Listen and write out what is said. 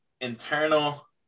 Internal